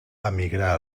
emigrà